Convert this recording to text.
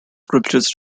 scriptures